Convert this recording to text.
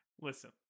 Listen